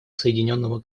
соединенного